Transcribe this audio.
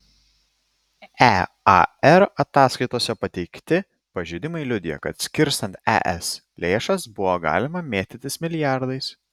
ear ataskaitose pateikti pažeidimai liudija kad skirstant es lėšas buvo galima mėtytis milijardais